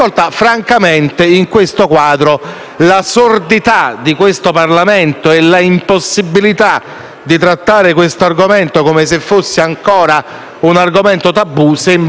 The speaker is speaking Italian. la sordità del Parlamento e l'impossibilità di trattare questo argomento come se fosse ancora un tabù sembra proprio, ormai, fuori tempo massimo.